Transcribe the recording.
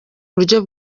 buryo